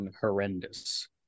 horrendous